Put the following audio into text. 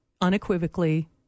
unequivocally